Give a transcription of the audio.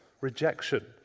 rejection